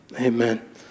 amen